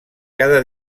cada